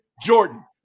Jordan